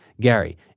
Gary